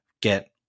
get